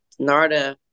Narda